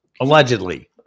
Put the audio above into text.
Allegedly